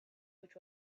which